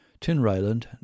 Tinryland